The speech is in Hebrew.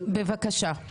אי השיתוף פעולה.